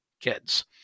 kids